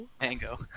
Mango